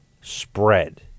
spread